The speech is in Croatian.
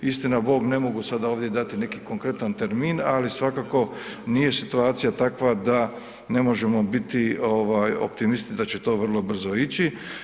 Istina Bog, ne mogu sada ovdje dati konkretan termin, ali svakako nije situacija takva da ne možemo bit optimisti da će to vrlo brzo ići.